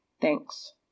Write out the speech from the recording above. Thanks